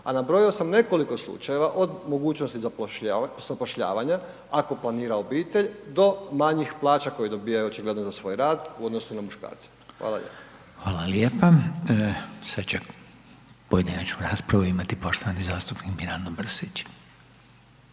a nabrojao sam nekoliko slučajeva od mogućnosti zapošljavanja ako planira obitelj do manjih plaća koje dobivaju očigledno za svoj rad u odnosu na muškarca. Hvala lijepo. **Reiner, Željko (HDZ)** Hvala lijepa. Sad će pojedinačnu raspravu imati poštovani zastupnik Mirando Mrsić.